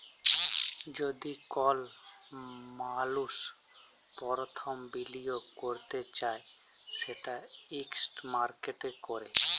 যদি কল মালুস পরথম বিলিয়গ ক্যরতে চায় সেট ইস্টক মার্কেটে ক্যরে